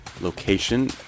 location